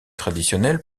traditionnels